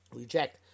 reject